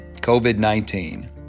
COVID-19